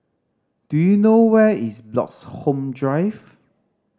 do you know where is Bloxhome Drive